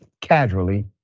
casually